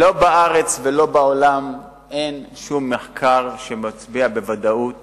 לא בארץ ולא בעולם אין שום מחקר שמצביע בוודאות